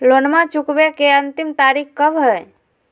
लोनमा चुकबे के अंतिम तारीख कब हय?